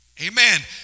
Amen